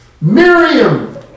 Miriam